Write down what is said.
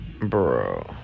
bro